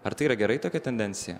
ar tai yra gerai tokia tendencija